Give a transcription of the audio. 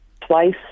twice